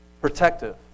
protective